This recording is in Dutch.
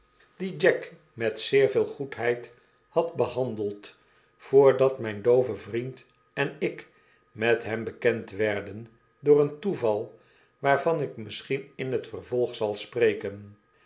jack met zeer veel goedheid had oehandeld voordat myn doove vriend en ik met hem bekend werden door een toeval waaryan ik misschien in het vervolg zal spreken